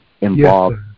involved